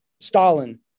Stalin